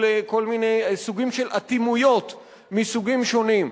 כל מיני סוגים של אטימויות מסוגים שונים.